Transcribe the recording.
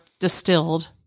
distilled